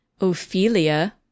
Ophelia